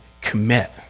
commit